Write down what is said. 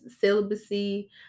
celibacy